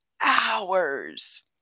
hours